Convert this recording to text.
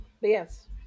yes